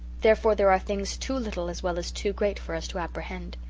therefore there are things too little as well as too great for us to apprehend.